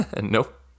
Nope